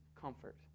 comfort